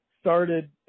started